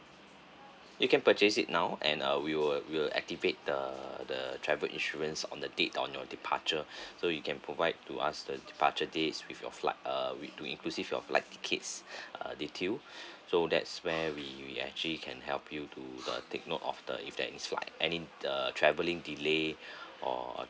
you can purchase it now and uh we will will activate the the travel insurance on the date on your departure so you can provide to us the departure days with your flight uh we do inclusive your flight ticket's uh detail so that's where we we actually can help you to uh take note of the if there is flight any uh travelling delay or